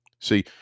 See